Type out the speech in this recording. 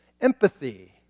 Empathy